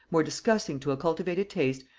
more disgusting to a cultivated taste,